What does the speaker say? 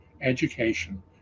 education